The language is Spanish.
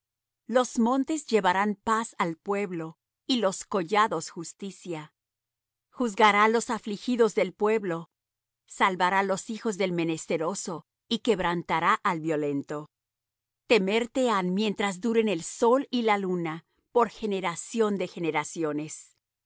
los montes llevarán paz al pueblo y los collados justicia juzgará los afligidos del pueblo salvará los hijos del menesteroso y quebrantará al violento temerte han mientras duren el sol y la luna por generación de generaciones